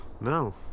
No